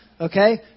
Okay